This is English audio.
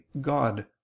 God